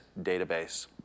database